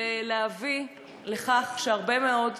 ולהביא לכך שהרבה מאוד,